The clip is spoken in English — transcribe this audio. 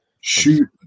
Shoot